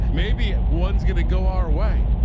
maybe one's going to go our way.